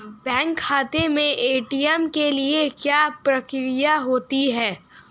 Bank खाते में ATM के लिए क्या प्रक्रिया होती है?